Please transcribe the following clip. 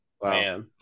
wow